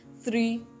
three